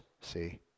see